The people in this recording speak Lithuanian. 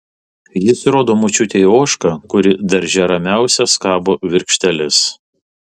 jis rodo močiutei ožką kuri darže ramiausia skabo virkšteles